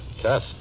Tough